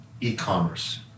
e-commerce